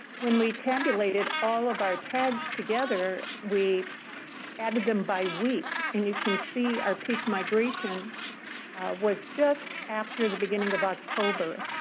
when we tabulated all of our tags together, we added them by week. and you can see our peak migration was just after the beginning of october,